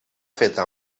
feta